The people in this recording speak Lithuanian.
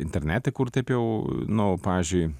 internete kur taip jau nu pavyzdžiui